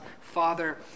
Father